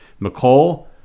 McCole